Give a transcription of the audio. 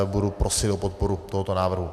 Budu prosit o podporu tohoto návrhu.